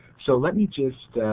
so let me just.